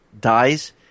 dies